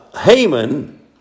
Haman